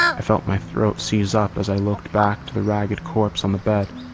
i felt my throat seize up as i looked back to the ragged corpse on the bed.